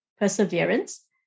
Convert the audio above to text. Perseverance